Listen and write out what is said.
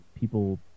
people